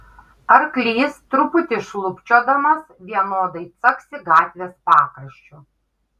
arklys truputį šlubčiodamas vienodai caksi gatvės pakraščiu